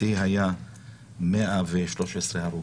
השיא היה 113 הרוגים,